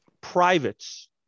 privates